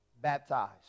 Baptized